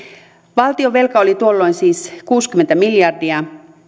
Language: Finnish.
valtionvelka oli tuolloin siis kuusikymmentä miljardia